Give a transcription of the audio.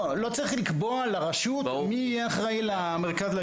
לא צריך לקבוע לרשות מי יהיה אחרי על המרכז,